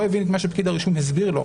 לא הבין את מה שפקיד הרישום הסביר לו,